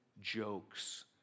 jokes